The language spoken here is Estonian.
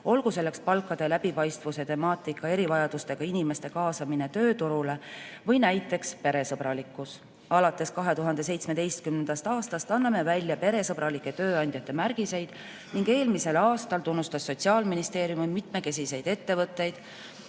olgu selleks palkade läbipaistvuse temaatika, erivajadustega inimeste kaasamine tööturule või näiteks peresõbralikkus. Alates 2017. aastast anname välja peresõbralike tööandjate märgiseid ning eelmisel aastal tunnustas Sotsiaalministeerium mitmekesiseid ettevõtteid.